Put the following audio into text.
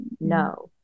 No